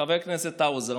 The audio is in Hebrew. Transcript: חבר הכנסת האוזר,